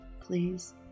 please